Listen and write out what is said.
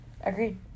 Agreed